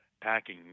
packing